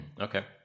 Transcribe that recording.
Okay